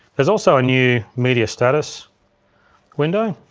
there's also a new media status window,